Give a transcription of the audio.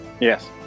yes